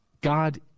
God